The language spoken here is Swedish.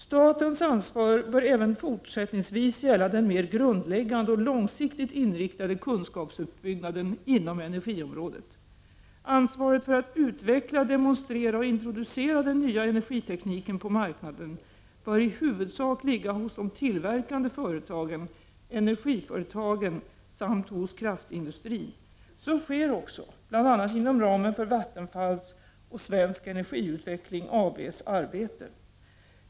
Statens ansvar bör även fortsättningsvis gälla den mer grundläggande och långsiktigt inriktade kunskapsuppbyggnaden inom energiområdet. Det gäller i första hand stödet till högskolorna. Ansvaret för att utveckla, demonstrera och introducera den nya energitekniken på marknaden bör i huvudsak ligga hos de tillverkande företagen, energiföretagen samt hos kraftindustrin. Så sker också bl.a. inom ramen för Vattenfalls och Svensk Energiutveckling AB:s arbete.